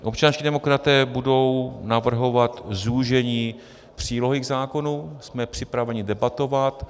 Občanští demokraté budou navrhovat zúžení přílohy k zákonu, jsme připraveni debatovat.